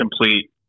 complete